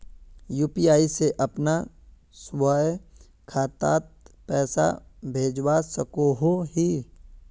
UPI से अपना स्वयं खातात पैसा भेजवा सकोहो ही?